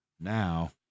Now